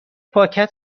پاکت